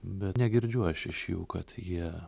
bet negirdžiu aš iš jų kad jie